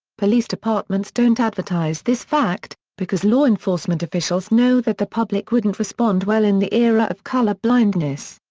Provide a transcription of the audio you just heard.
police departments don't advertise this fact, because law enforcement officials know that the public wouldn't respond well in the era of colorblindness.